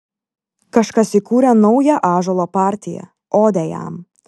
kažkas įkūrė naują ąžuolo partiją odę jam